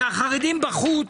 שהחרדים בחוץ,